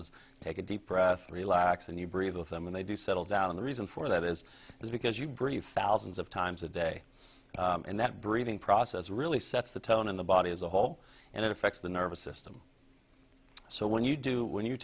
is take a deep breath relax and you breathe with them and they do settle down the reason for that is because you brief alison's of times a day and that breathing process really sets the tone in the body as a whole and it affects the nervous system so when you do when you